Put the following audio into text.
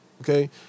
okay